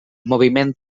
moviment